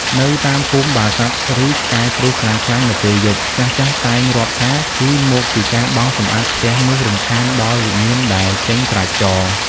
នៅតាមភូមិ បើសត្វឬឆ្កែព្រុសខ្លាំងៗនៅពេលយប់ ចាស់ៗតែងរាប់ថា គឺមកពីការបោសសម្អាតផ្ទះនោះរំខានដល់វិញ្ញាណដែលចេញត្រាច់ចរ។